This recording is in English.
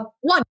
One